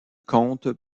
compte